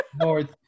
North